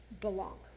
belong